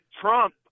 Trump